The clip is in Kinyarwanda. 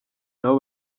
nabo